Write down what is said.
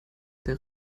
der